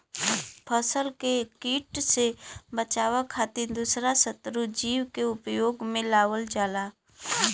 फसल के किट से बचावे खातिर दूसरा शत्रु जीव के उपयोग में लावल जाला